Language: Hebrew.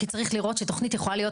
כי צריך שתוכנית תהיה,